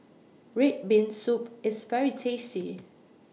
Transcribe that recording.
Red Bean Soup IS very tasty